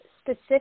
specific